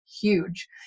huge